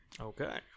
Okay